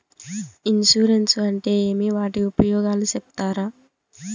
Insurance అంటే ఏమి? వాటి ఉపయోగాలు సెప్తారా?